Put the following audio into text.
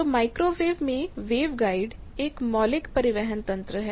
तो माइक्रोवेव में वेवगाइड एक मौलिक परिवहन तंत्र है